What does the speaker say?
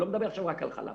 ואני לא מדבר עכשיו רק על חלב